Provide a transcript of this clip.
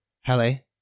Halle